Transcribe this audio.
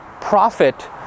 profit